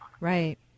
Right